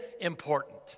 important